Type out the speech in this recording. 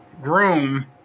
groom